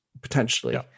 potentially